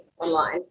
online